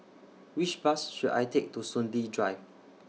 Which Bus should I Take to Soon Lee Drive